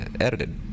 edited